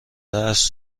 است